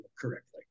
correctly